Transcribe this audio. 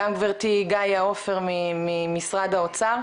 גם גברתי גאיה עופר ממשרד האוצר,